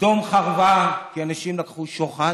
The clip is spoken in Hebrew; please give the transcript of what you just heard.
סדום חרבה כי אנשים לקחו שוחד